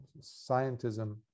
scientism